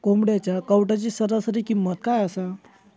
कोंबड्यांच्या कावटाची सरासरी किंमत काय असा?